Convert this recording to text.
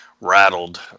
rattled